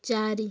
ଚାରି